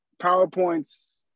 PowerPoint's